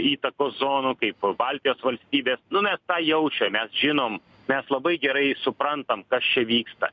įtakos zonų kaip baltijos valstybės nu mes tą jaučiam mes žinom mes labai gerai suprantam kas čia vyksta